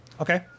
Okay